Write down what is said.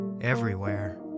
Everywhere